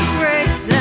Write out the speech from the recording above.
grace